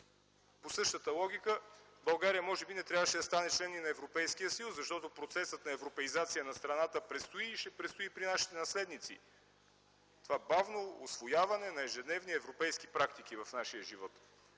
По същата логика България може би не трябваше да стане член и на Европейския съюз, защото процесът на европеизация на страната предстои и ще предстои и при нашите наследници – бавно усвояване на ежедневни европейски практики в нашия живот.